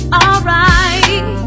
alright